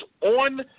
on